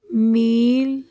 mile